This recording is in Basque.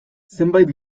zenbait